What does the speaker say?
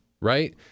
right